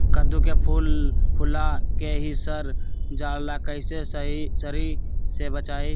कददु के फूल फुला के ही सर जाला कइसे सरी से बचाई?